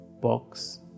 box